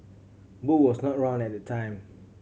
Boo was not around at the time